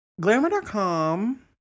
Glamour.com